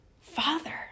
father